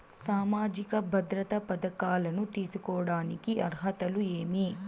సామాజిక భద్రత పథకాలను తీసుకోడానికి అర్హతలు ఏమి?